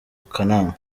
kanama